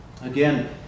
Again